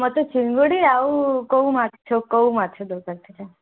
ମୋତେ ଚିଙ୍ଗୁଡ଼ି ଆଉ କଉ ମାଛ କଉ ମାଛ ଦରକାର ଥିଲା